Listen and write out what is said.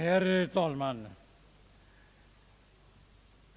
Herr talman!